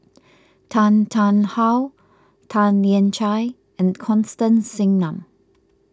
Tan Tarn How Tan Lian Chye and Constance Singam